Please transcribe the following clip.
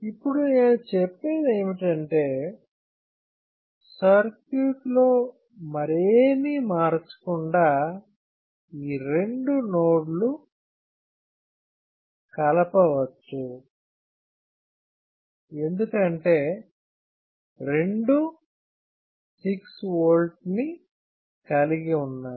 ఇప్పుడు నేను చెప్పేది ఏమిటంటే సర్క్యూట్లో మరేమీ మార్చకుండా ఈ రెండు నోడ్లు కలపవచ్చు ఎందుకంటే రెండూ 6V ని కలిగి ఉన్నాయి